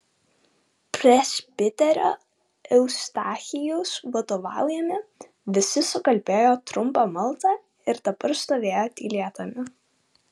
presbiterio eustachijaus vadovaujami visi sukalbėjo trumpą maldą ir dabar stovėjo tylėdami